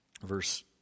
Verse